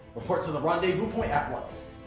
report to the rendezvous point at once.